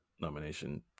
nomination